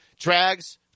Trag's